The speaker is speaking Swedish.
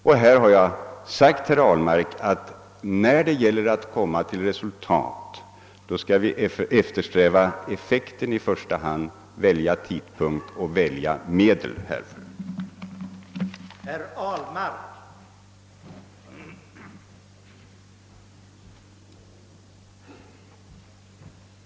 Och jag har sagt till herr Ahlmark, att när det gäller att nå resultat är det effekten som vi i första hand skall eftersträva och välja tidpunkt och medel med hänsyn härtill.